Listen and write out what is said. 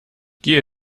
gehe